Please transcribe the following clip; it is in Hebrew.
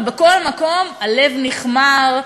ובכל מקום הלב נכמר,